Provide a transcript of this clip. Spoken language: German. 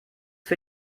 für